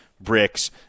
Bricks